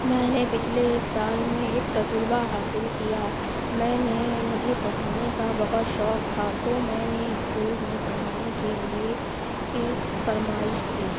میں نے پچھلے ایک سال میں ایک تجربہ حاصل کیا میں نے مجھے پڑھانے کا بہت شوق تھا تو میں نے اسکول میں پڑھانے کے لیے فرمائش کی